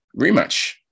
rematch